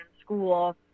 school